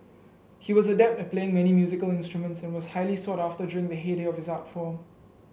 he was adept at playing many musical instruments and was highly sought after during the heyday of his art form